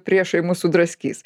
priešai mus sudraskys